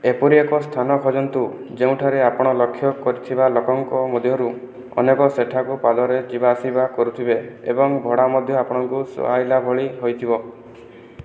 ଏପରି ଏକ ସ୍ଥାନ ଖୋଜନ୍ତୁ ଯେଉଁଠାରେ ଆପଣ ଲକ୍ଷ୍ୟ କରିଥିବା ଲୋକଙ୍କ ମଧ୍ୟରୁ ଅନେକ ସେଠାକୁ ପାଦରେ ଯିବା ଆସିବା କରୁଥିବେ ଏବଂ ଭଡ଼ା ମଧ୍ୟ ଆପଣଙ୍କୁ ସୁହାଇଲା ଭଳି ହୋଇଥିବ